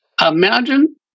Imagine